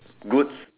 goods